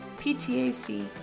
PTAC